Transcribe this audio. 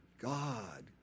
God